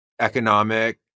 economic